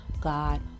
God